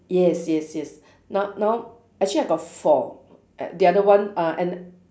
yes yes yes now now actually I've got four the other one uh an